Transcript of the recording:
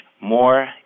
more